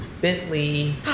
Bentley